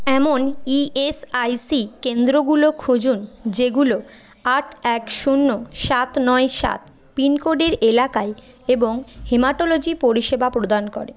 এমন ইএসআইসি কেন্দ্রগুলো খুঁজুন যেগুলো আট এক শূন্য সাত নয় সাত পিনকোডের এলাকায় এবং হেম্যাটোলজি পরিষেবা প্রদান করে